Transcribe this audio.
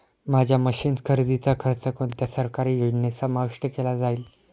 माझ्या मशीन्स खरेदीचा खर्च कोणत्या सरकारी योजनेत समाविष्ट केला जाईल?